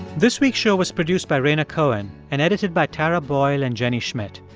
this week's show was produced by rhaina cohen and edited by tara boyle and jenny schmidt.